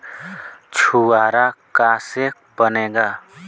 छुआरा का से बनेगा?